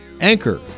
Anchor